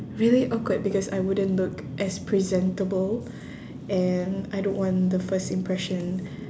really awkward because I wouldn't look as presentable and I don't want the first impression